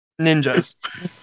Ninjas